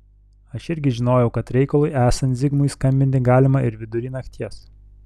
aš irgi žinojau kad reikalui esant zigmui skambinti galima ir vidury nakties